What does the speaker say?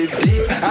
deep